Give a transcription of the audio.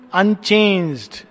unchanged